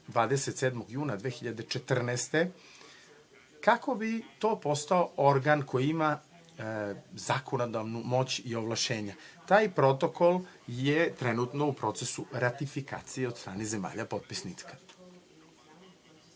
27. juna 2014. godine, kako bi to postao organ koji ima zakonodavnu moć i ovlašćenja. Taj protokol je trenutno u procesu ratifikacije od strane zemalja potpisnika. Drage